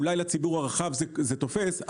אולי לציבור הרחב זה תופס,